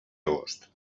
agost